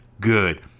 good